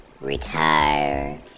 Retire